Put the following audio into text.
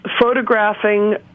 Photographing